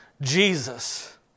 Jesus